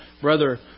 Brother